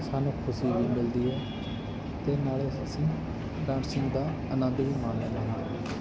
ਸਾਨੂੰ ਖੁਸ਼ੀ ਵੀ ਮਿਲਦੀ ਹੈ ਅਤੇ ਨਾਲੇ ਅਸੀਂ ਡਾਂਸਿੰਗ ਦਾ ਆਨੰਦ ਵੀ ਮਾਣ ਲੈਂਦੇ ਹਾਂ